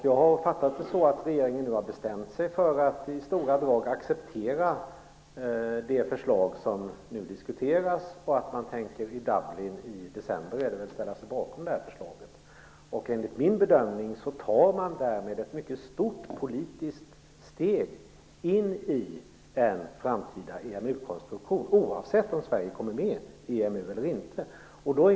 Jag har fattat det så att regeringen nu har bestämt sig för att i stora drag acceptera det förslag som nu diskuteras och att man i Dublin i december tänker ställa sig bakom det här förslaget. Enligt min bedömning tar man därmed ett mycket stort politiskt steg in i en framtida EMU-konstruktion, oavsett om Sverige kommer med i EMU eller inte.